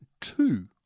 two